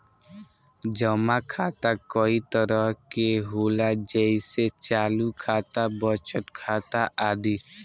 जमा खाता कई तरह के होला जेइसे चालु खाता, बचत खाता आदि